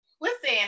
Listen